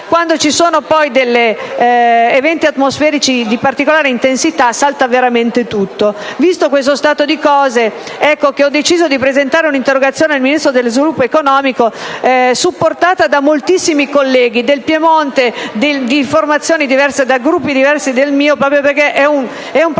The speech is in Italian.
Quando ci sono poi degli eventi atmosferici di particolare intensità, salta veramente tutto. Visto questo stato di cose, ho deciso di presentare un'interrogazione al Ministro dello sviluppo economico, supportata da moltissimi colleghi del Piemonte, anche di Gruppi diversi dal mio, proprio perché si tratta